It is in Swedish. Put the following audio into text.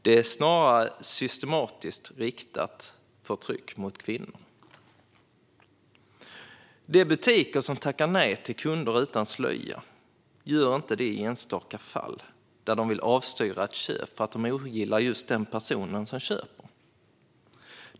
Det är snarare ett systematiskt förtryck riktat mot kvinnor. De butiker som tackar nej till kunder utan slöja gör det inte i enstaka fall där de vill avstyra ett köp för att de ogillar just den person som vill köpa.